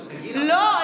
לא.